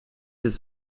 ist